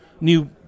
new